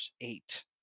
eight